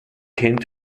came